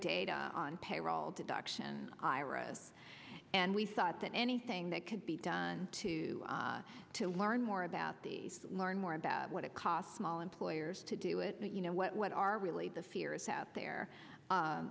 data on payroll deduction iras and we thought that anything that could be done to to learn more about the learn more about what it costs mall employers to do it but you know what what are really the fears out there